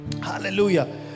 Hallelujah